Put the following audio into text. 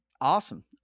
Awesome